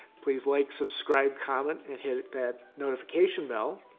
please like, subscribe, comment, and hit that notification bell.